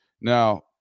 now